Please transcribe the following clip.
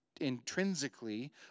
intrinsically